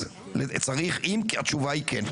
אם התשובה היא כן,